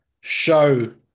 show